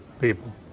people